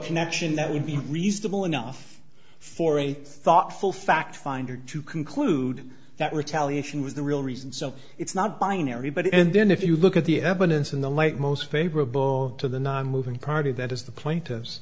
connection that would be reasonable enough for a thoughtful fact finder to conclude that retaliation was the real reason so it's not binary but and then if you look at the evidence in the light most favorable to the nonmoving party that is the point